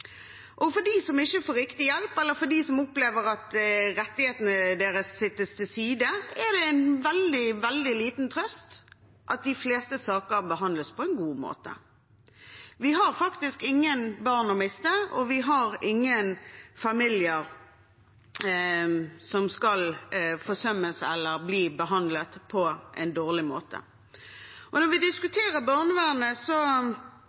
For dem som ikke får riktig hjelp, eller for dem som opplever at rettighetene deres settes til side, er det en veldig liten trøst at de fleste saker behandles på en god måte. Vi har ingen barn å miste, og ingen familier skal bli forsømt eller bli behandlet på en dårlig måte. Når vi